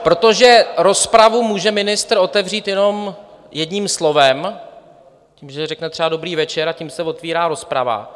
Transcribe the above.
Protože rozpravu může ministr otevřít jenom jedním slovem, že řekne třeba: Dobrý večer, a tím se otvírá rozprava.